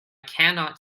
cannot